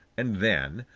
and then,